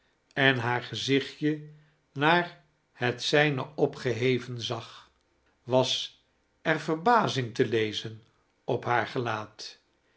en haar gezichtje naar het zijne opgeheven zag was er verbazing te lezen op haar gelaat